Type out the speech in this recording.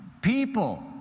people